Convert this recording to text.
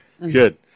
Good